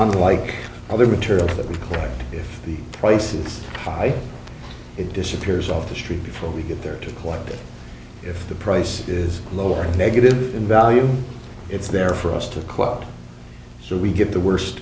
unlike other material that we correct if the price is high it disappears off the street before we get there to collect it if the price is low or negative in value it's there for us to quote so we get the worst